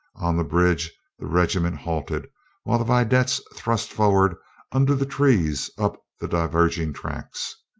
on the bridge the regiment halted while the vedettes thrust forward under the trees up the diverging tracks.